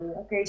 בבקשה.